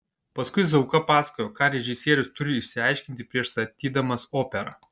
paskui zauka pasakojo ką režisierius turi išsiaiškinti prieš statydamas operą